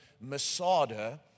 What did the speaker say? Masada